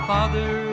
Father